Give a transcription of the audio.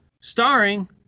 starring